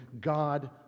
God